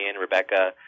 Rebecca